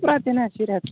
वाते नशिबात